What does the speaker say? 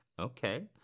Okay